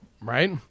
right